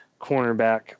cornerback